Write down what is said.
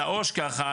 על העו"ש ככה,